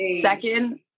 Second